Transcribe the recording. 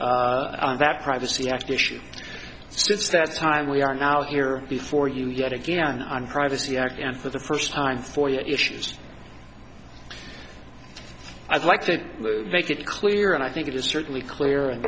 k that privacy act issue since that time we are now here before you yet again on privacy act and for the first time for your issues i'd like to make it clear and i think it is certainly clear